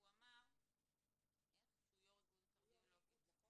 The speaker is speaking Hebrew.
והוא אמר שהוא יו"ר איגוד הקרדיולוגים.